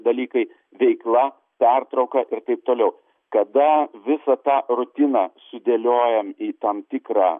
dalykai veikla pertrauka ir taip toliau kada visą tą rutiną sudėliojam į tam tikrą